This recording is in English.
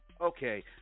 Okay